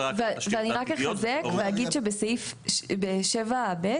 ואני רק אחזק ואגיד שבסעיף (7) (ב),